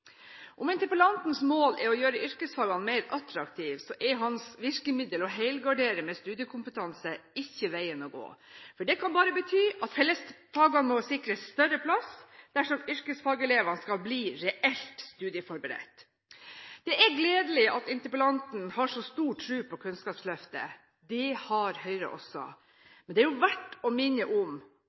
Om interpellantens mål er å gjøre yrkesfagene mer attraktive, er hans virkemiddel – å helgardere med studiekompetanse – ikke veien å gå. Det kan bare bety at fellesfagene må sikres større plass, dersom yrkesfagelevene skal bli reelt studieforberedt. Det er gledelig at interpellanten har stor tro på Kunnskapsløftet. Det har Høyre også. Men det er verdt å minne om